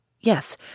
Yes